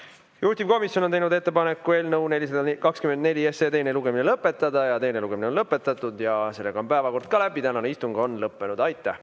Juhtivkomisjon on teinud ettepaneku eelnõu 424 teine lugemine lõpetada ja teine lugemine on lõpetatud. Sellega on ka päevakord läbi. Tänane istung on lõppenud. Aitäh!